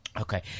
Okay